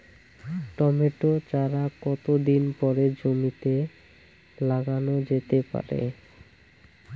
Tomato চারা কতো দিন পরে জমিতে লাগানো যেতে পারে?